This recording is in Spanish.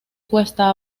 cuesta